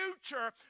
future